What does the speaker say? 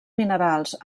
minerals